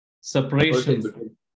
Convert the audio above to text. separation